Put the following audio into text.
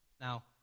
Now